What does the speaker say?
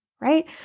right